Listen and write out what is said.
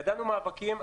ידענו מאבקים.